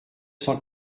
cent